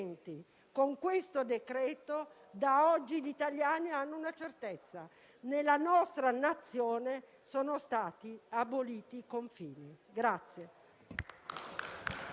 Non era un caso che il secondo decreto fosse accompagnato da una lettera del Presidente della Repubblica che diceva in modo molto chiaro